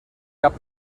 cap